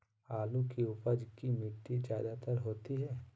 आलु की उपज की मिट्टी में जायदा होती है?